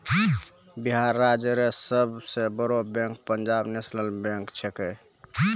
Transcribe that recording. बिहार राज्य रो सब से बड़ो बैंक पंजाब नेशनल बैंक छैकै